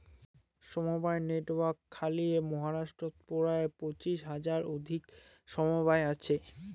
সমবায় নেটওয়ার্ক খালি মহারাষ্ট্রত পরায় পঁচিশ হাজার অধিক সমবায় আছি